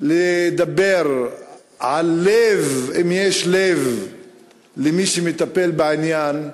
לדבר על לב אם יש לב למי שמטפל בעניין,